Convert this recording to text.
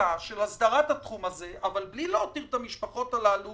חקיקה של הסדרת התחום הזה אבל בלי להותיר את המשפחות הללו